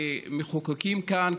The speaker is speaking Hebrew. כמחוקקים כאן,